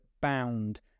bound